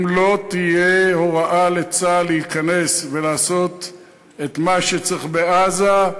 אם לא תהיה הוראה לצה"ל להיכנס ולעשות את מה שצריך לעשות בעזה,